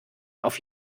auf